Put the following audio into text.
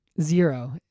Zero